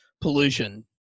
pollution